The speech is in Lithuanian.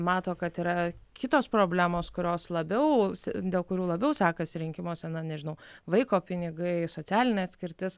mato kad yra kitos problemos kurios labiau dėl kurių labiau sekasi rinkimuose na nežinau vaiko pinigai socialinė atskirtis